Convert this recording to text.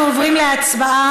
אנחנו עוברים להצבעה.